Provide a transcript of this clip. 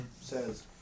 says